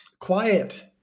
quiet